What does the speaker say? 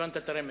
הבנת את הרמז.